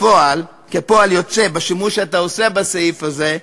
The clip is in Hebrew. כפועל יוצא מהשימוש שאתה עושה בסעיף הזה,